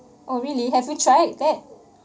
oh really have you tried that